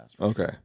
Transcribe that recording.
Okay